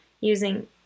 using